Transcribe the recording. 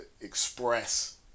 express